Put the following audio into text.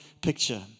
picture